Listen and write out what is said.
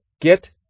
Get